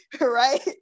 right